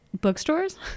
bookstores